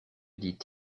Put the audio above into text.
dit